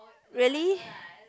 really